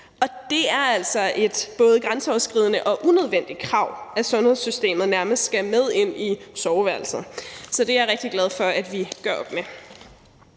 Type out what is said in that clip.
altså et både grænseoverskridende og unødvendigt krav, at sundhedssystemet nærmest skal med ind i soveværelset. Så det er jeg rigtig glad for at vi gør op med.